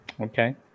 okay